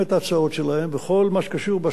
בכל מה שקשור בהשקעות בתחומי תשתית,